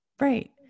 Right